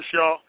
y'all